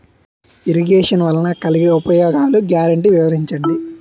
Irrigation వలన కలిగే ఉపయోగాలు గ్యారంటీ వివరించండి?